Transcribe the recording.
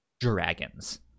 dragons